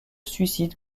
suicide